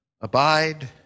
abide